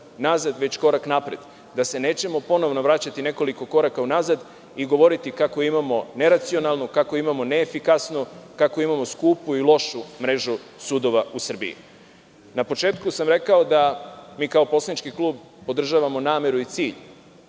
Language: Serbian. već korak napred, da se nećemo ponovo vraćati nekoliko koraka unazad i govoriti kako imamo neracionalnu, neefikasnu, skupu i lošu mrežu sudova u Srbiji. Na početku sam rekao da mi, kao poslanički klub, podržavamo nameru i cilj